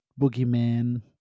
boogeyman